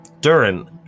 Durin